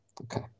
Okay